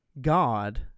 God